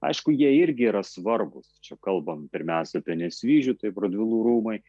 aišku jie irgi yra svarbūs čia kalbam pirmiausia apie nesvyžių taip radvilų rūmai